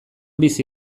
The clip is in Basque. bizi